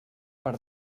per